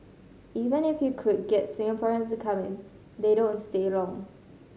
even if you could get Singaporeans to come in they don't stay long